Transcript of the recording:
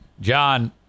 John